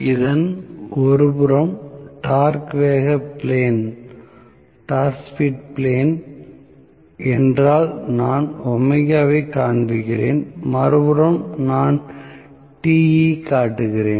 இதன் ஒருபுறம் டார்க் வேக பிளேன் என்றால் நான் வை காண்பிக்கிறேன் மறுபுறம் நான் Te காட்டுகிறேன்